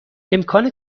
امکان